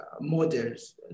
models